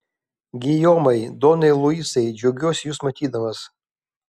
gijomai donai luisai džiaugiuosi jus matydamas